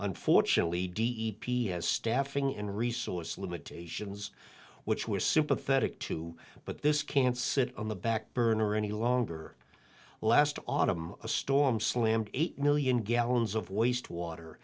unfortunately d e p s staffing and resource limitations which we are sympathetic to but this can't sit on the back burner any longer last autumn a storm slammed eight million gallons of wastewater